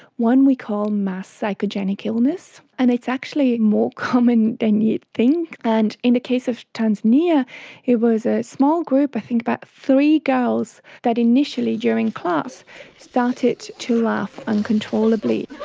one we call mass psychogenic illness, and it's actually more common than you'd think. and in the case of tanzania it was a small group, i think about three girls that initially during class started to laugh uncontrollably.